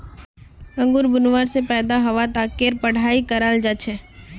अंगूर बुनवा से ले पैदा हवा तकेर पढ़ाई कराल जा छे